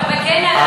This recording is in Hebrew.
אתה מגן עליו.